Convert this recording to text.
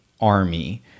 army